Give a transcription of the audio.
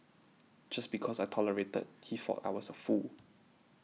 just because I tolerated he thought I was a fool